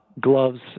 gloves